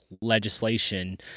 legislation